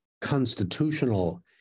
constitutional